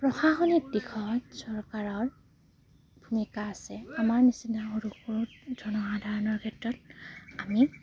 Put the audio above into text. প্ৰশাসনিক দিশত চৰকাৰৰ ভূমিকা আছে আমাৰ নিচিনা সৰু সৰু জনসাধাৰণৰ ক্ষেত্ৰত আমি